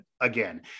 Again